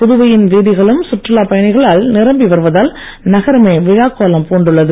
புதுவையின் வீதிகளும் சுற்றுலா பயணிகளால் நிரம்பி வருவதால் நகரமே விழா கோலம் பூண்டுள்ளது